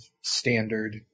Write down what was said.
standard